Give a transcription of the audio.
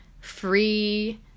free